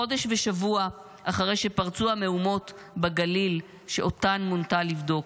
חודש ושבוע אחרי שפרצו המהומות בגליל שאותן מונתה לבדוק,